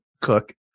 cook